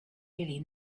really